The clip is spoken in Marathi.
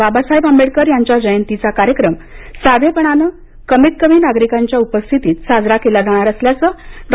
बाबासाहेब आंबेडकर यांच्या जयंतीचा कार्यक्रम साधेपणानं कमीत कमी नागरिकांच्या उपस्थितीत साजरा केला जाणार असल्याचं डॉ